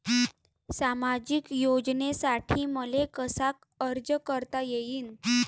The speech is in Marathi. सामाजिक योजनेसाठी मले कसा अर्ज करता येईन?